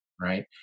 right